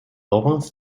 laurence